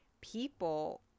people